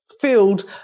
field